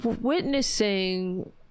witnessing